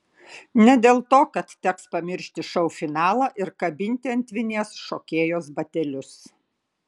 ne dėl to kad teks pamiršti šou finalą ir kabinti ant vinies šokėjos batelius